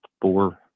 four